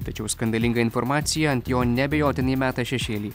tačiau skandalinga informacija ant jo neabejotinai meta šešėlį